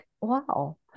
Wow